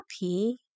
happy